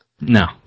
No